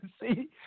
see